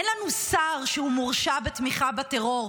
אין לנו שר שהוא מורשע בתמיכה בטרור,